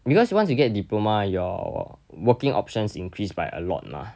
because ya once you get diploma your working options increased by a lot mah